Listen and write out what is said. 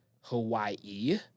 Hawaii